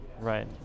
Right